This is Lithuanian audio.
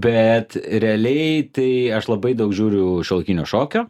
bet realiai tai aš labai daug žiūriu šiuolaikinio šokio